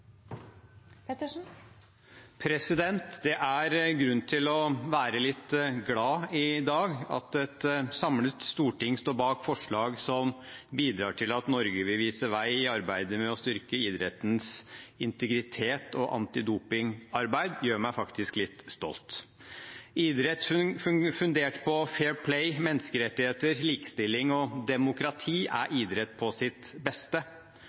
minutter. Det er grunn til å være litt glad i dag. At et samlet storting står bak forslag som bidrar til at Norge vil vise vei i arbeidet med å styrke idrettens integritet og antidopingarbeid, gjør meg faktisk litt stolt. Idrett fundert på fair play, menneskerettigheter, likestilling og demokrati er idrett på sitt beste,